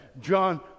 John